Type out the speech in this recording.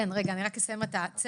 תודה לנעה בן שבת המדהימה,